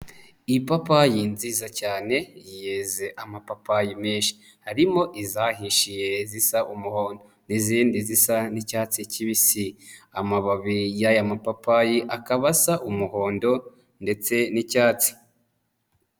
Ipapayi nziza cyane yeze amapapayi menshi. Harimo izahishiye zisa umuhondo n'izindi zisa n'icyatsi kibisi. Amababi y'aya mapapayi akaba asa umuhondo ndetse n'icyatsi.